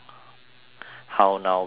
how now brown cow